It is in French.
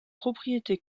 propriété